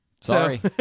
sorry